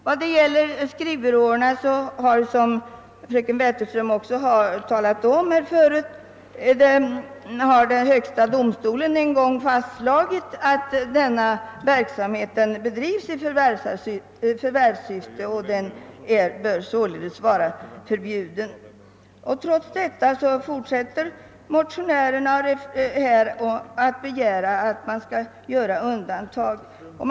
Vad beträffar skrivbyråerna har, såsom fröken Wetterström redan talat om, högsta domstolen en gång fastslagit att deras förmedlingsverksamhet bedrivs i förvärvssyfte och således bör vara förbjuden. Trots detta fortsätter motionärerna att begära att man skall göra undantag för dessa skrivbyråer.